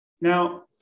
Now